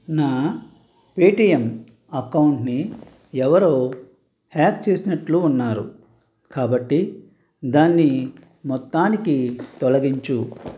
నా పేటీఎమ్ అకౌంట్ని ఎవరో హ్యాక్ చేసినట్లు ఉన్నారు కాబట్టి దాన్ని మొత్తానికి తొలగించుము